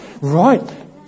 Right